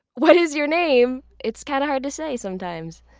what is your name? it's kind of hard to say sometimes.